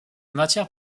matières